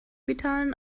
vitalen